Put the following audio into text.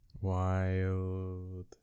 Wild